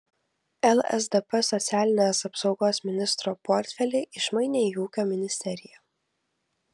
lsdp socialinės apsaugos ministro portfelį išmainė į ūkio ministeriją